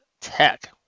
tech